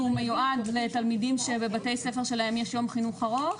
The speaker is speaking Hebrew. היא מיועדת לתלמידים שבבתי הספר שלהם יש יום חינוך ארוך,